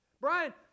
Brian